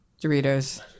Doritos